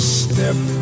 step